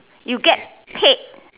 you get paid